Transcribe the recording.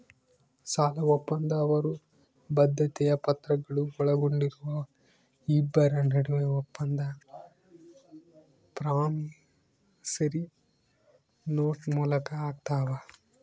ಸಾಲಒಪ್ಪಂದ ಅವರ ಬದ್ಧತೆಯ ಪತ್ರಗಳು ಒಳಗೊಂಡಿರುವ ಇಬ್ಬರ ನಡುವೆ ಒಪ್ಪಂದ ಪ್ರಾಮಿಸರಿ ನೋಟ್ ಮೂಲಕ ಆಗ್ತಾವ